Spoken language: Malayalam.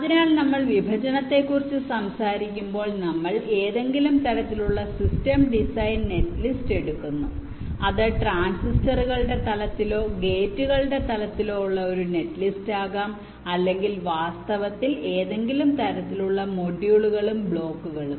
അതിനാൽ നമ്മൾ വിഭജനത്തെക്കുറിച്ച് സംസാരിക്കുമ്പോൾ നമ്മൾ ഏതെങ്കിലും തരത്തിലുള്ള സിസ്റ്റം ഡിസൈൻ നെറ്റ്ലിസ്റ്റ് എടുക്കുന്നു അത് ട്രാൻസിസ്റ്ററുകളുടെ തലത്തിലോ ഗേറ്റുകളുടെ തലത്തിലോ ഉള്ള ഒരു നെറ്റ്ലിസ്റ്റ് ആകാം അല്ലെങ്കിൽ വാസ്തവത്തിൽ ഏതെങ്കിലും തരത്തിലുള്ള മൊഡ്യൂളുകളും ബ്ലോക്കുകളും